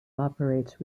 operates